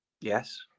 yes